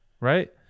right